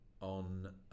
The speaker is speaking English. on